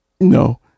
No